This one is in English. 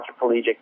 quadriplegic